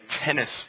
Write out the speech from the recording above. tennis